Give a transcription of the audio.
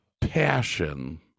passion